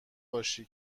باشی